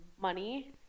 money